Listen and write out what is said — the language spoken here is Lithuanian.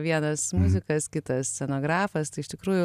vienas muzikas kitas scenografas tai iš tikrųjų